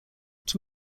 czy